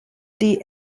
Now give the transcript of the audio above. die